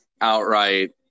outright